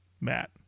Matt